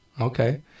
Okay